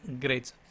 Great